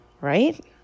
right